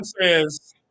says